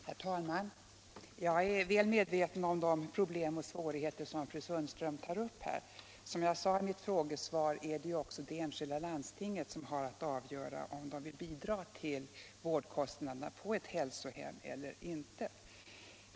Herr talman! Jag är väl medveten om de problem och svårigheter som fru Sundström tar upp. Som jag sade i mitt frågesvar är det också det enskilda landstinget som har att avgöra om det vill bidra till vårdkostnaderna på hälsohem eller inte.